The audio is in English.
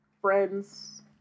friends